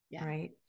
Right